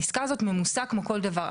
העסקה הזאת ממוסקה כמו כל דבר.